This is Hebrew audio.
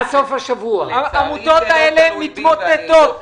העמותות האלה מתמוטטות.